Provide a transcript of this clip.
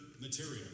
material